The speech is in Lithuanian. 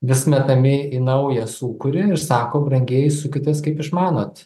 vis metami į naują sūkurį ir sako brangieji sukitės kaip išmanot